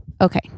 Okay